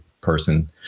person